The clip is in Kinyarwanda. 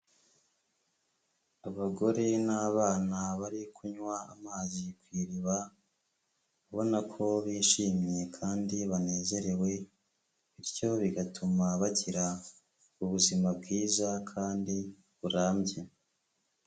Abagore n'abana bari kunywa amazi ku iriba ubona ko bishimye kandi banezerewe, bityo bigatuma bagira ubuzima bwiza kandi burambye.